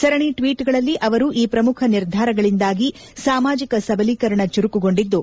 ಸರಣಿ ಟ್ಷೇಟ್ಗಳಲ್ಲಿ ಅವರು ಈ ಪ್ರಮುಖ ನಿರ್ಧಾರಗಳಿಂದಾಗಿ ಸಾಮಾಜಿಕ ಸಬಲೀಕರಣ ಚುರುಕುಗೊಂಡಿದ್ದು